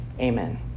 Amen